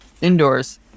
indoors